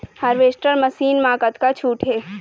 Harvester machine मा कतका छूट हे?